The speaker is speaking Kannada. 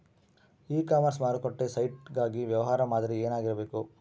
ಇ ಕಾಮರ್ಸ್ ಮಾರುಕಟ್ಟೆ ಸೈಟ್ ಗಾಗಿ ವ್ಯವಹಾರ ಮಾದರಿ ಏನಾಗಿರಬೇಕು?